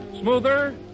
Smoother